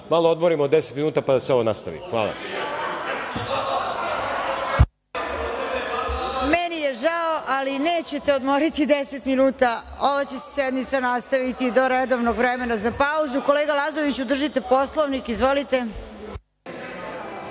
malo odmorimo 10 minuta pa, da se ovo nastavi. Hvala. **Snežana Paunović** Meni je žao, ali nećete odmoriti 10 minuta. Ova će se sednica nastaviti do redovnog vremena za pauzu. Kolega Lazoviću, držite Poslovnik. Izvolite.